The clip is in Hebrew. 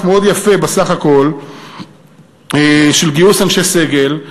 מאוד יפה בסך הכול של גיוס אנשי סגל.